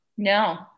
No